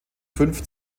fünf